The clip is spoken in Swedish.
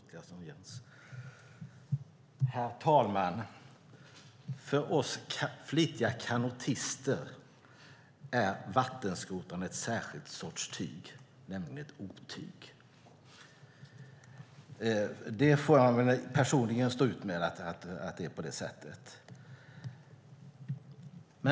Herr talman! För oss flitiga kanotister är vattenskotrarna en särskild sorts tyg, nämligen ett otyg. Det får man personligen stå ut med, att det är på det sättet.